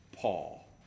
Paul